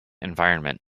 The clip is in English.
environment